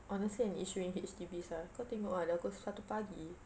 honestly an issue in H_D_Bs ah kau tengok ah dah pukul satu pagi